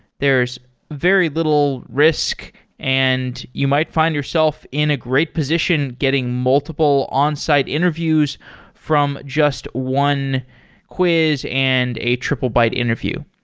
there's very little risk and you might find yourself in a great position getting multiple on-site interviews from just one quiz and a triplebyte interview.